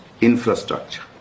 infrastructure